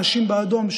אנשים באדום,